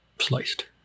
sliced